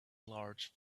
large